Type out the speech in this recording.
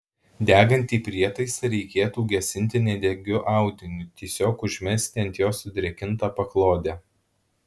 degantį prietaisą reikėtų gesinti nedegiu audiniu tiesiog užmesti ant jo sudrėkintą paklodę